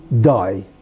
die